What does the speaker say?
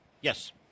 yes